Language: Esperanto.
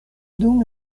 dum